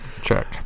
Check